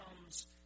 comes